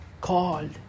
called